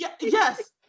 Yes